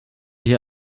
hier